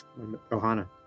Ohana